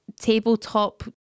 Tabletop